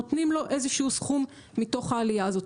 נותנים לו איזה שהוא סכום מתוך העלייה הזאת.